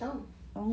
tahu